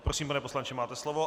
Prosím, pane poslanče, máte slovo.